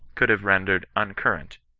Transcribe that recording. could have rendered uncurrent,